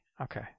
Okay